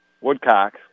Woodcock